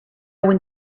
one